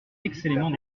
excellemment